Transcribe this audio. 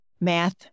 math